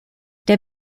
der